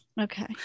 Okay